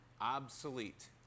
obsolete